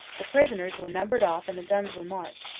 the prisoners were numbered off and the guns were marked,